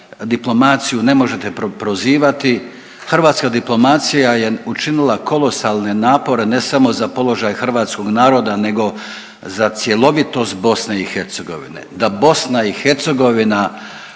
diplomaciju ne možete prozivati, hrvatska diplomacija je učinila kolosalne napore, ne samo za položaj hrvatskog naroda nego za cjelovitost BiH, da BiH, njezino